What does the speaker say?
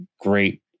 great